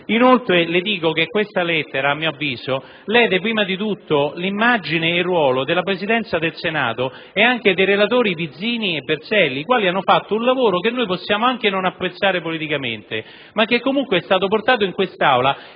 Inoltre, le dico che questa lettera, a mio avviso, lede prima di tutto l'immagine e il ruolo della Presidenza del Senato e anche dei relatori Vizzini e Berselli, i quali hanno svolto un lavoro che possiamo anche non apprezzare politicamente, ma che comunque è stato portato in quest'Aula